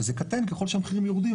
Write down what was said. וזה קטן ככל שהמחירים יורדים,